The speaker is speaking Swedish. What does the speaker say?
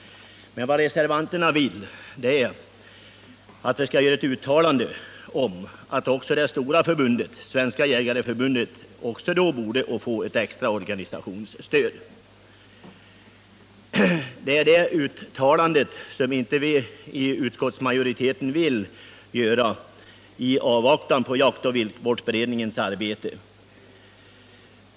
Reservanterna vill emellertid att vi skall uttala att även det stora förbundet, Svenska jägareförbundet, bör få ett extra organisationsstöd. Utskottsmajoriteten vill i avvaktan på resultatet av jaktoch viltvårdsberedningens arbete inte göra ett sådant utialande.